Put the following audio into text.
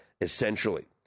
essentially